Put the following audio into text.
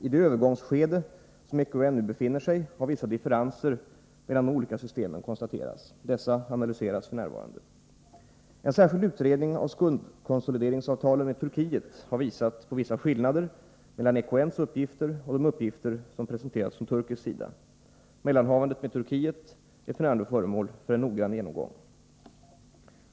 I det övergångsskede som EKN nu befinner sig i har vissa differenser mellan de olika systemen konstaterats. Dessa analyseras f.n. En särskild utredning av skuldkonsolideringsavtalen med Turkiet har visat på vissa skillnader mellan EKN:s uppgifter och de uppgifter som presenterats från turkisk sida. Mellanhavandet med Turkiet är f.n. föremål för en noggrann genomgång.